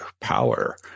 power